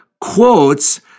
quotes